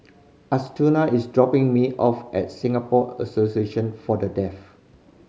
Assunta is dropping me off at Singapore Association For The Deaf